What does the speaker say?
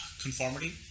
conformity